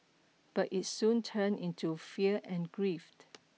but it soon turned into fear and grief